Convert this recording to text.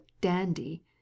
dandy